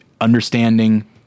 understanding